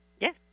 yes